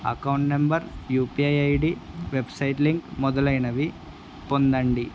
account number UPI ID website link మొదలైనవి పొందండి